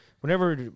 whenever